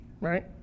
right